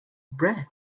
bread